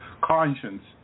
conscience